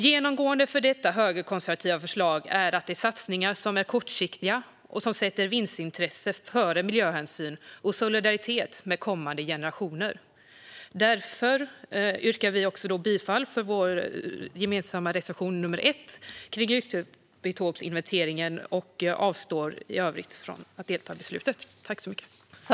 Genomgående i detta högerkonservativa förslag är kortsiktiga satsningar som sätter vinstintresse före miljöhänsyn och solidaritet med kommande generationer. Därför yrkar jag bifall till vår gemensamma reservation, nr 1, om nyckelbiotopsinventering och avstår i övrigt från att delta i beslutet.